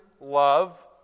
love